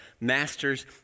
masters